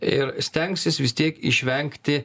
ir stengsis vis tiek išvengti